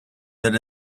that